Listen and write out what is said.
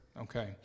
Okay